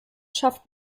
schafft